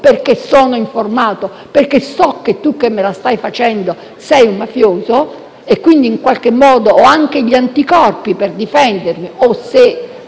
perché sono informato e so che tu che me la stai facendo sei mafioso e, quindi, ho anche gli anticorpi per difendermi